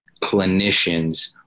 clinicians